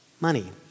money